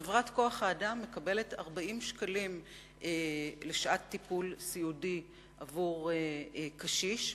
חברת כוח-האדם מקבלת 40 שקלים לשעת טיפול סיעודי עבור קשיש,